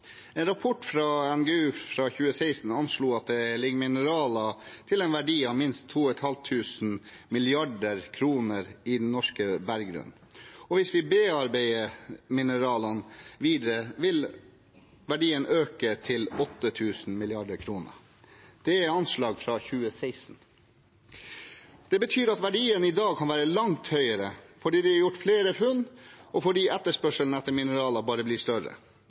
En rapport fra Norges geologiske undersøkelse, NGU, fra 2016 anslo at det ligger mineraler til en verdi av minst 2 500 mrd. kr i den norske berggrunnen, og hvis vi bearbeider mineralene videre, vil verdien øke til 8 000 mrd. kr. Det er anslag fra 2016. Det betyr at verdien i dag kan være langt høyere, fordi det er gjort flere funn, og fordi etterspørselen etter mineraler bare blir større.